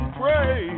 pray